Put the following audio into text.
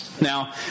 Now